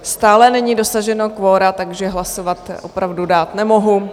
Stále není dosaženo kvora, takže hlasovat opravdu dát nemohu.